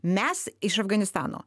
mes iš afganistano